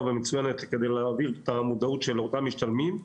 ומצוינת כדי להעביר את המודעות של אותם משתלמים,